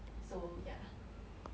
so ya